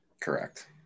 Correct